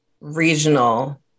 regional